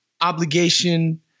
obligation